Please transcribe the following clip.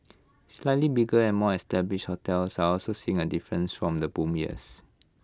slightly bigger and more established hotels are also seeing A difference from the boom years